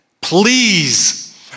please